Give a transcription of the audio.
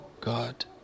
God